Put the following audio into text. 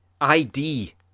ID